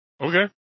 Okay